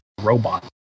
Robot